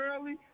early